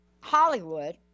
Hollywood